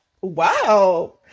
wow